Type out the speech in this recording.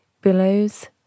Billows